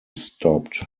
stopped